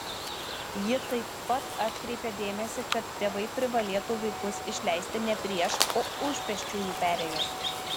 ji taip pat atkreipė dėmesį kad tėvai privalėtų vaikus išleisti ne prieš o už pėsčiųjų perėjos